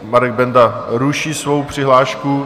Marek Benda ruší svou přihlášku.